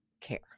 care